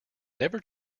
never